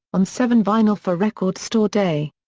on seven vinyl for record store day.